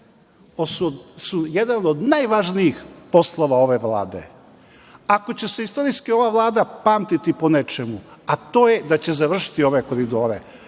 su jedan od najvažnijih poslova ove Vlade. Ako će se istorijski ova Vlada pamtiti po nečemu, a to je da će završiti ove koridore,